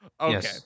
Okay